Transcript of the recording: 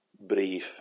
brief